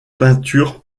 peinture